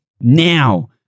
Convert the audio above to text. now